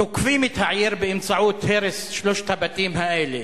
תוקפים את העיר באמצעות הרס שלושת הבתים האלה.